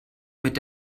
mit